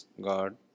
God